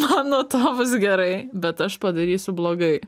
man nuo to bus gerai bet aš padarysiu blogai